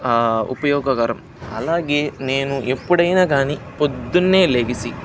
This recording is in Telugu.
ఉపయోగకరం అలాగే నేను ఎప్పుడైనా కానీ పొద్దున్నే లేెచి